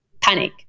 Panic